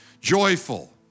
Joyful